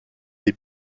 des